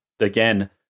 again